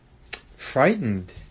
frightened